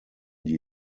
die